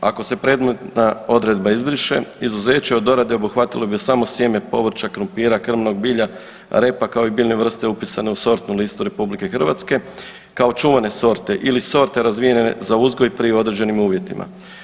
Ako se predmetna izbriše izuzeće od dorade obuhvatilo bi samo sjeme povrća, krumpira, krmnog bilja, repa kao i biljne vrste upisane u sortnu listu RH kao čuvane sorte ili sorte razvijene za uzgoj pri određenim uvjetima.